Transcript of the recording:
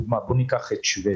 בואו ניקח כדוגמה את שוודיה.